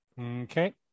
Okay